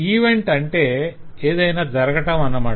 event అంటే ఏదైనా జరగటం అన్నమాట